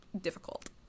difficult